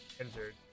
injured